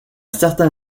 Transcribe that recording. certain